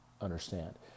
understand